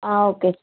ಹಾಂ ಓಕೆ